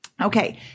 Okay